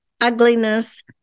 ugliness